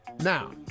Now